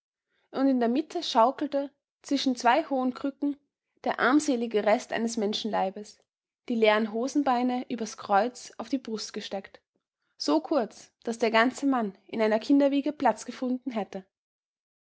und in der mitte schaukelte zwischen zwei hohen krücken der armselige rest eines menschenleibes die leeren hosenbeine übers kreuz auf die brust gesteckt so kurz daß der ganze mann in einer kinderwiege platz gefunden hätte